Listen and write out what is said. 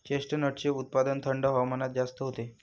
चेस्टनटचे उत्पादन थंड हवामानात जास्त होते